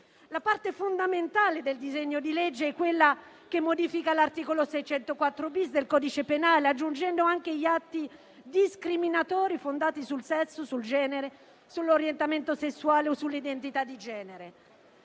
La parte fondamentale del disegno di legge al nostro esame è quella che modifica l'articolo 604-*bis* del codice penale, aggiungendo anche gli atti discriminatori «fondati sul sesso, sul genere, sull'orientamento sessuale, sull'identità di genere».